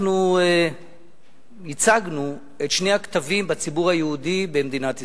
אנחנו ייצגנו את שני הקטבים בציבור היהודי במדינת ישראל.